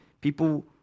people